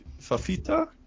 Fafita